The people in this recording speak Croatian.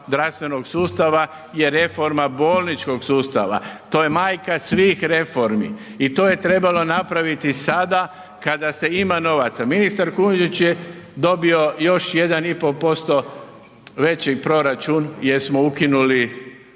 zdravstvenog sustava je reforma bolničkog sustava, to je majka svih reformi i to je trebalo napraviti sada kada se ima novaca. Ministar Kujundžić je dobio još 1,5% veći proračun jer smo ukinuli